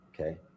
okay